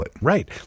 Right